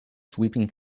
sweeping